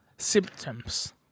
Symptoms